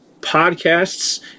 podcasts